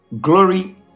glory